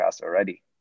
already